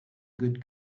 good